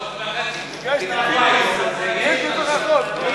לי יש דברים יותר חשובים.